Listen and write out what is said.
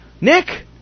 Nick